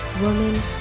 Woman